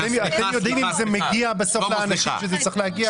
אתם יודעים אם זה מגיע בסוף לאנשים שזה צריך להגיע אליהם?